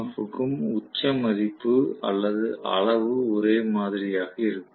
F க்கும் உச்ச மதிப்பு அல்லது அளவு ஒரே மாதிரியாக இருக்கும்